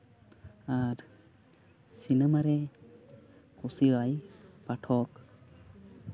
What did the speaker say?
ᱟᱨ cinema ᱨᱮ ᱠᱩᱥᱤᱭᱟᱭ ᱯᱟᱴᱷᱚᱠ